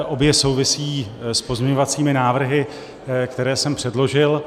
Obě souvisí s pozměňovacími návrhy, které jsem předložil.